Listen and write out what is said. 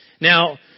Now